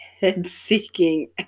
head-seeking